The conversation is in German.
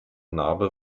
narbe